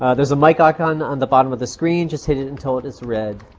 ah there's a mic icon on the bottom of the screen. just hit it until it is red.